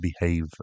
behave